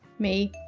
me,